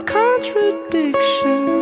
contradiction